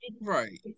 right